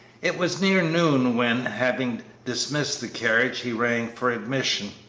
it was near noon when, having dismissed the carriage, he rang for admission.